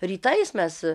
rytais mes